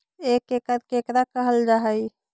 एक एकड़ केकरा कहल जा हइ?